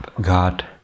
God